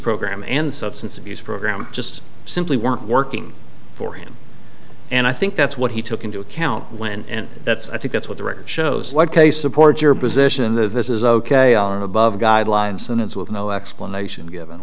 program and substance abuse program just simply weren't working for him and i think that's what he took into account when and that's i think that's what the record shows what case supports your position that this is ok are above guidelines sentence with no explanation given